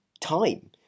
time